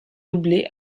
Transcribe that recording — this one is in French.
doublé